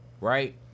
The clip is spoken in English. right